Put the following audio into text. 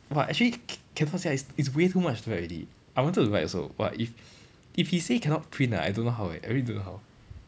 !wah! actually it's it's way too much to write already I wanted to write also !wah! if if he say cannot print ah I don't know how eh I really don't know how